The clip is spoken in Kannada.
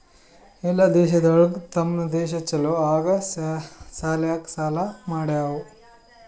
ಎಲ್ಲಾ ದೇಶಗೊಳ್ ತಮ್ ದೇಶ ಛಲೋ ಆಗಾ ಸಲ್ಯಾಕ್ ಸಾಲಾ ಮಾಡ್ಯಾವ್